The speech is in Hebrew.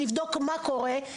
לבדוק מה קורה,